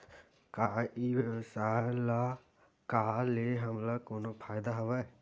का ई व्यवसाय का ले हमला कोनो फ़ायदा हवय?